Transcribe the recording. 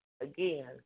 again